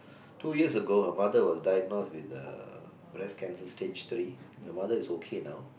two years ago her mother was diagnose with a breast cancer stage three her mother is okay now